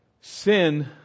Sin